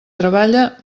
treballa